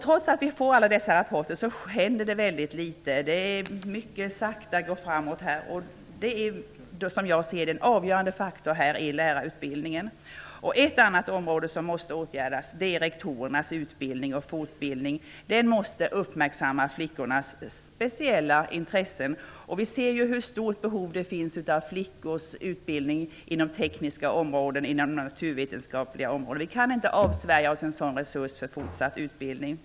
Trots att vi får alla dessa rapporter händer det väldigt litet. Det går framåt mycket sakta. Som jag ser det är lärarutbildningen en avgörande faktor. Ett annat område som måste åtgärdas är rektorernas utbildning och fortbildning. Den måste uppmärksamma flickornas speciella intressen. Vi ser ju hur stort behov det finns av flickors utbildning inom tekniska och naturvetenskapliga områden. Vi kan inte avstå från en sådan resurs i fortsatt utbildning.